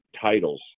titles